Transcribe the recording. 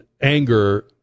anger